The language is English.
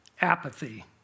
apathy